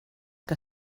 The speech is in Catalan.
que